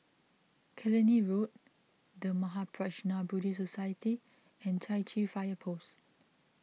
Killiney Road the Mahaprajna Buddhist Society and Chai Chee Fire Post